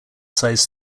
size